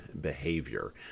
behavior